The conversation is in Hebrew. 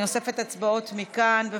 תכניסו אותי, בבקשה.